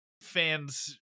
fans